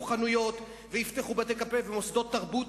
חנויות ויפתחו בתי-קפה ומוסדות תרבות,